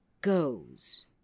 goes